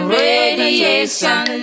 radiation